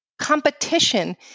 competition